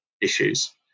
issues